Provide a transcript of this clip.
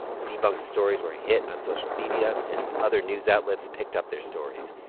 the debunked stories were a hit on social media, and other news outlets picked up their stories.